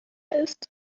ist